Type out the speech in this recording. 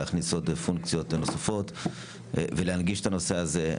להכניס פונקציות נוספות ולהנגיש את הנושא הזה.